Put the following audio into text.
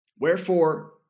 wherefore